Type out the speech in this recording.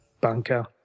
bunker